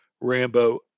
Rambo